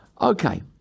Okay